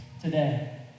today